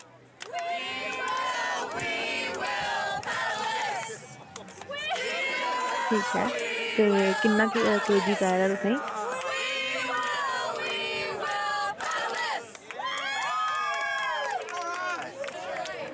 ठीक ऐ ते किन्ना केजी चाहिदा तुसें ई